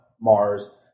Mars